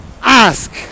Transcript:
Ask